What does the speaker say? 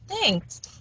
thanks